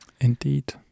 Indeed